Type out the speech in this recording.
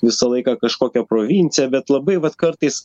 visą laiką kažkokia provincija bet labai vat kartais